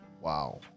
Wow